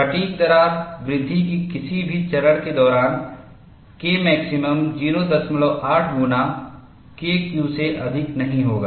fatigue दरार वृद्धि के किसी भी चरण के दौरान Kmaximum 08 गुना KQ से अधिक नहीं होगा